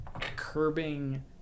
curbing